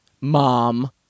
Mom